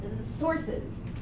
sources